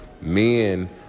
Men